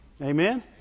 Amen